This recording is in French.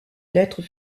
lettres